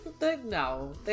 No